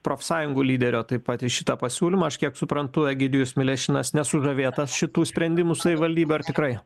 profsąjungų lyderio taip pat į šitą pasiūlymą aš kiek suprantu egidijus milėšinas nesužavėtas šitų sprendimų savivaldybė ar tikrai